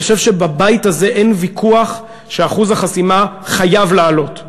אני חושב שבבית הזה אין ויכוח שאחוז החסימה חייב לעלות,